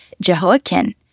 Jehoiakim